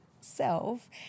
self